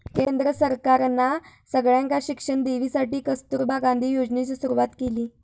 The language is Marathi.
केंद्र सरकारना सगळ्यांका शिक्षण देवसाठी कस्तूरबा गांधी योजनेची सुरवात केली